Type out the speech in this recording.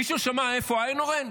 מישהו שמע איפה איינהורן?